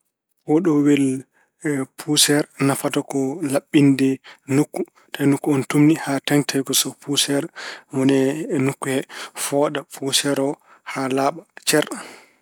Pooɗowel puuseer nafata ko laɓɓinde nokku. Tawi nokku o ine tuumni haa teeŋti so tawi ko puuseer woni e nokku he, fuɗa puuseer o haa laaɓa cer.